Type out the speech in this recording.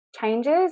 changes